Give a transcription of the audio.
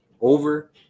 Over